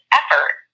effort